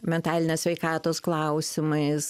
mentalinės sveikatos klausimais